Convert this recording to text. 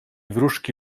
wróżki